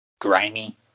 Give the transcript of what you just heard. grimy